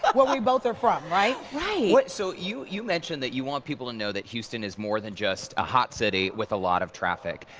but we both are from, right? right. but so you you mentioned that you want people to know that houston is more than just a hot city with a lot of traffic.